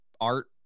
art